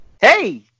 hey